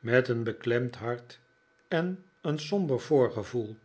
met een beklemd hart en een somber voorgevoel